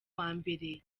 wambere